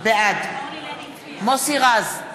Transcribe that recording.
בעד מוסי רז,